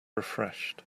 refreshed